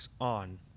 on